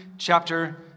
chapter